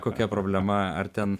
kokia problema ar ten